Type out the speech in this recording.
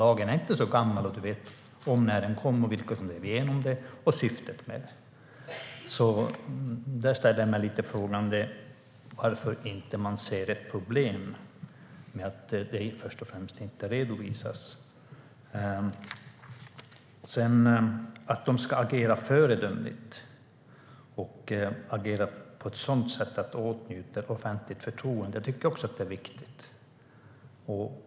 Lagen är inte så gammal; ministern vet när den kom, vilka som drev igenom den och syftet med den. Där ställer jag mig alltså frågande. Varför ser man inte ett problem med att det först och främst inte redovisas? Att statligt ägda bolag ska agera föredömligt och på ett sådant sätt att de åtnjuter offentligt förtroende tycker jag också är viktigt.